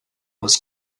was